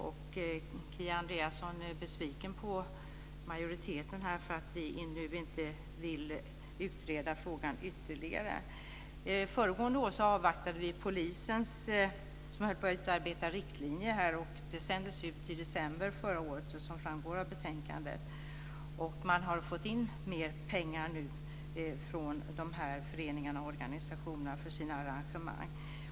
Kia Andreasson är besviken på majoriteten för att vi nu inte vill utreda frågan ytterligare. Föregående år avvaktade vi de riktlinjer som polisen höll på att utarbeta. De sändes ut i december förra året, som framgår av betänkandet. Man har nu fått in mer pengar från föreningarna och organisationerna för deras arrangemang.